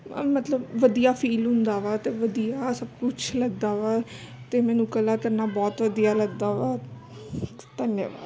ਮਤਲਬ ਵਧੀਆ ਫੀਲ ਹੁੰਦਾ ਵਾ ਅਤੇ ਵਧੀਆ ਸਭ ਕੁਛ ਲੱਗਦਾ ਵਾ ਅਤੇ ਮੈਨੂੰ ਕਲਾ ਕਰਨਾ ਬਹੁਤ ਵਧੀਆ ਲੱਗਦਾ ਵਾ ਧੰਨਵਾਦ